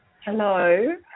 Hello